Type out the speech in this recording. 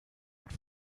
ort